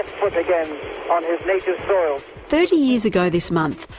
foot again on his native soil. thirty years ago this month,